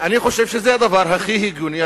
אני חושב שזה הדבר הכי הגיוני,